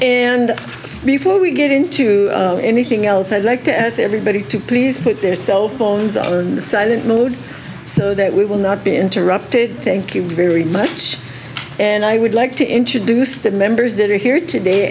and before we get into anything else i'd like to ask everybody to please put their cell phones are silent mode so that we will not be interrupted thank you very much and i would like to introduce the members that are here today